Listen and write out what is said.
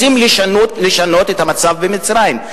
רוצים לשנות את המצב במצרים.